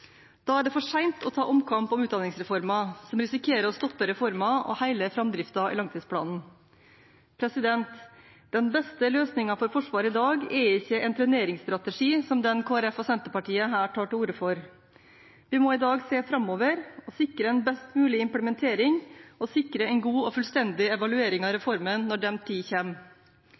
Da er det for sent å ta en omkamp om utdanningsreformen, og med det risikere å stoppe reformen og hele framdriften i langtidsplanen. Den beste løsningen for Forsvaret i dag er ikke en treneringsstrategi, som den Kristelig Folkeparti og Senterpartiet her tar til orde for. Vi må i dag se framover og sikre en best mulig implementering og en god og fullstendig evaluering av reformen når den tid